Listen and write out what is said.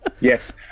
yes